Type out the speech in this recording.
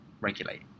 regulate